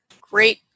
great